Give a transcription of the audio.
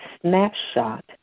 snapshot